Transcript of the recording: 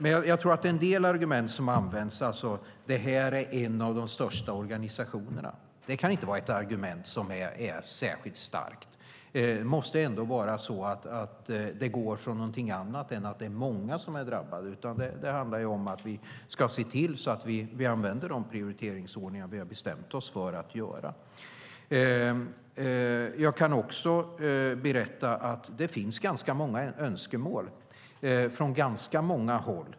En del argument som används, till exempel att det här är en av de största organisationerna, är inte särskilt starka. Man måste ändå utgå från någonting annat än att många är drabbade. Det handlar om att vi ska använda de prioriteringsordningar som vi har bestämt oss för att använda. Jag kan också berätta att det finns många önskemål från många håll.